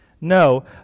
No